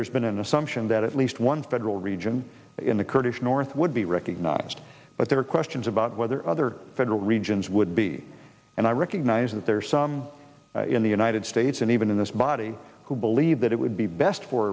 there's been an assumption that at least one federal region in the kurdish north would be recognized but there are questions about whether other federal regions would be and i recognize that there are some in the united states and even in this body who believe that it would be best for